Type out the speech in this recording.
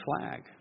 flag